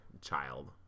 child